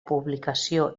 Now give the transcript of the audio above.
publicació